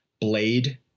blade